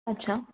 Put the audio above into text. अच्छा